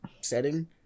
setting